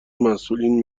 مسئولین